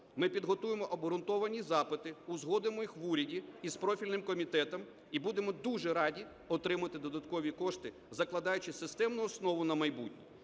Ми підготуємо обґрунтовані запити, узгодимо їх в уряді і з профільним комітетом, і будемо дуже раді отримати додаткові кошти, закладаючи системну основу на майбутнє,